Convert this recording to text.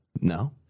No